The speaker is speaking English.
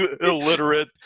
illiterate